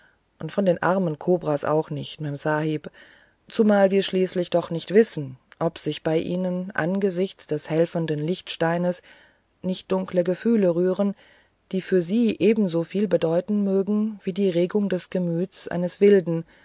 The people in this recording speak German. und von den armen kobras auch nicht memsahib zumal wir schließlich doch nicht wissen ob sich bei ihnen angesichts des helfenden leuchtsteines nicht dunkle gefühle rühren die für sie ebenso viel bedeuten mögen wie die regungen im gemüte eines wilden